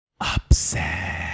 Upset